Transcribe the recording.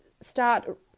start